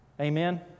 Amen